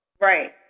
Right